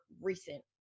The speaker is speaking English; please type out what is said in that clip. recent